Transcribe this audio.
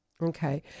Okay